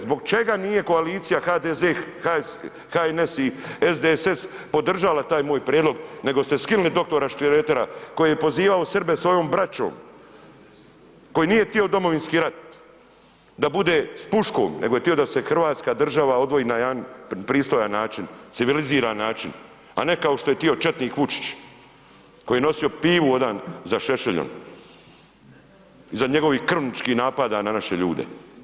Zbog čega nije koalicija HDZ, HNS i SDSS podržala taj moj prijedlog, nego ste skinuli dr. Šretera koji je pozivao Srbe svojom braćom, koji nije tio domovinski rat, da bude s puškom, nego je tio da se hrvatska država odvoji na jedan pristojan način, civiliziran način, a ne kao što je tio četnik Vučić koji je nosio pivu ovdan za Šešeljom iza njegovih krvničkih napada na naše ljude.